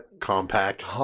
Compact